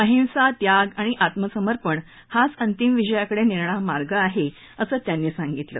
अहिंसा त्याग आणि आत्मसमर्पण हाच अंतिम विजयाकडे नेणारा मार्ग आहे असं त्यांनी सांगितलं